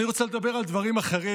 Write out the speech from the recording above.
אני רוצה לדבר על דברים אחרים,